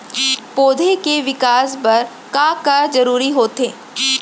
पौधे के विकास बर का का जरूरी होथे?